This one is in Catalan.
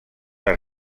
els